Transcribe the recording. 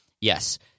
yes